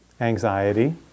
Anxiety